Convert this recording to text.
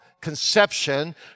conception